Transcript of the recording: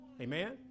amen